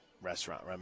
restaurant